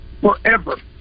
forever